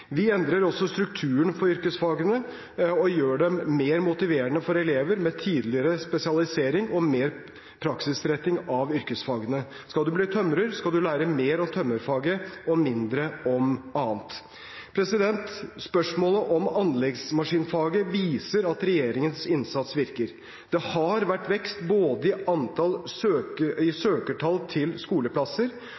Vi endrer også strukturen for yrkesfagene og gjør dem mer motiverende for elever, med tidligere spesialisering og mer praksisretting av yrkesfagene. Skal du bli tømrer, skal du lære mer av tømrerfaget og mindre om annet. Spørsmålet om anleggsmaskinfaget viser at regjeringens innsats virker. Det har vært vekst i søkertall både til skoleplass og til læreplass, og det har vært en klar fremgang i